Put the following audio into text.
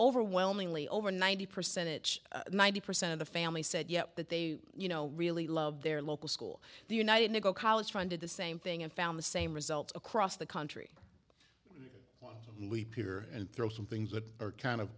overwhelmingly over ninety percentage ninety percent of the family said yeah that they you know really love their local school the united negro college fund did the same thing and found the same results across the country well leap year and throw some things that are kind of